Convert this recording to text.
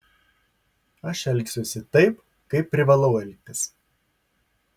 aš elgsiuosi taip kaip privalau elgtis